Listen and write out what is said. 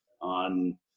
on